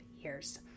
years